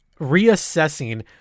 reassessing